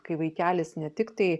kai vaikelis ne tik tai